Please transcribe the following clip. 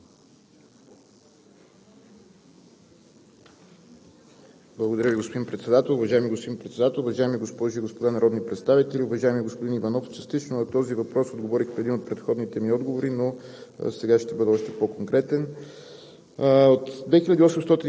Уважаеми господин Председател, уважаеми госпожи и господа народни представители! Уважаеми господин Иванов, частично на този въпрос отговорих в един от предходните ми отговори, но